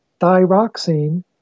thyroxine